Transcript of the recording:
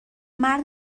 مرد